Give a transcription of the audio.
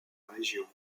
région